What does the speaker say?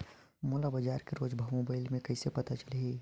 मोला बजार के रोज भाव मोबाइल मे कइसे पता चलही?